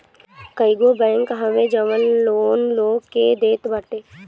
कईगो बैंक हवे जवन लोन लोग के देत बाटे